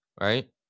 right